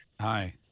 Hi